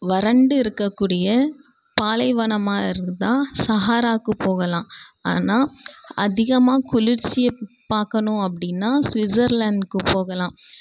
வறண்டு இருக்கக்கூடிய பாலைவனமாக இருந்தால் சஹாராவுக்குப் போகலாம் ஆனால் அதிகமாக குளிர்ச்சியை பார்க்கணும் அப்படின்னா சுஸர்லாந்து போகலாம்